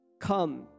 Come